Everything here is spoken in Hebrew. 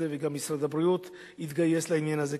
וגם משרד הבריאות יתגייס לעניין הזה,